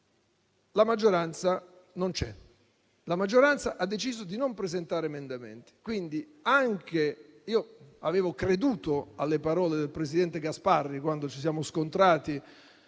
la maggioranza non c'è. La maggioranza ha deciso di non presentare emendamenti. Avevo creduto alle parole del presidente Gasparri quando ci siamo scontrati